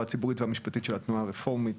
הציבורית והמשפטית של התנועה הרפורמית.